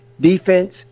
defense